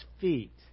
feet